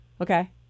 Okay